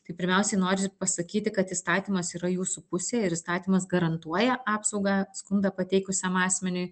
tai pirmiausiai norisi pasakyti kad įstatymas yra jūsų pusėj ir įstatymas garantuoja apsaugą skundą pateikusiam asmeniui